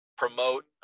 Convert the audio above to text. Promote